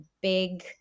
big